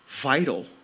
vital